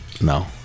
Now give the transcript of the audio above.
no